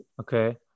Okay